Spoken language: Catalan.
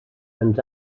ens